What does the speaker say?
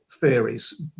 theories